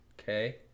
Okay